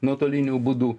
nuotoliniu būdu